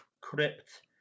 crypt